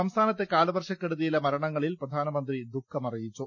സംസ്ഥാ നത്തെ കാലവർഷക്കെടുതിയിലെ മരണങ്ങളിൽ പ്രധാനമന്ത്രി ദുഖമറി യിച്ചു